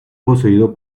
poseído